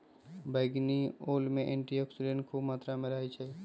बइगनी ओल में एंटीऑक्सीडेंट्स ख़ुब मत्रा में रहै छइ